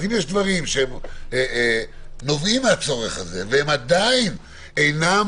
אז אם יש דברים שנובעים מהצורך הזה, ועדיין אינם